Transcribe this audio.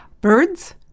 Birds